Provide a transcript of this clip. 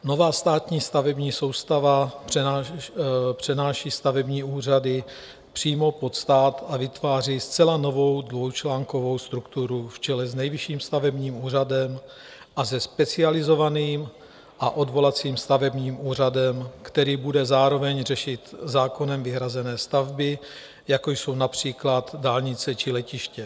Nová státní stavební soustava přenáší stavební úřady přímo pod stát a vytváří zcela novou dvoučlánkovou strukturu v čele s Nejvyšším stavebním úřadem a se Specializovaným a odvolacím stavebním úřadem, který bude zároveň řešit zákonem vyhrazené stavby, jako jsou například dálnice či letiště.